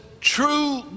true